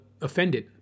Offended